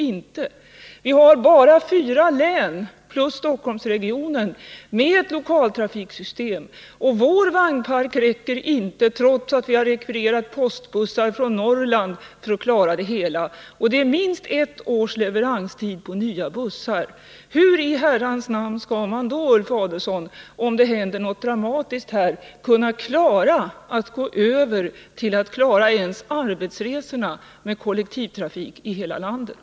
Det finns bara lokaltrafiksystem i fyra län plus Stockholmsregionen, och vår vagnpark räcker inte trots att vi har rekvirerat postbussar från Norrland för att klara situationen. Vidare är det minst ett års leveranstid på nya bussar. Hur i Herrans namn skall man då, Ulf Adelsohn, om det händer något dramatiskt, lyckas gå över till att klara ens arbetsresorna med kollektivtrafik i hela landet?